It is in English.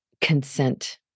consent